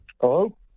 Hello